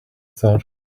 thought